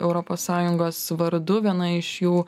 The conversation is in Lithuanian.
europos sąjungos vardu viena iš jų